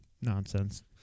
nonsense